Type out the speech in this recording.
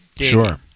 Sure